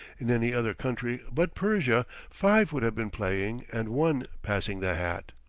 in any other country but persia, five would have been playing and one passing the hat.